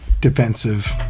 Defensive